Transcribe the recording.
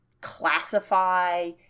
classify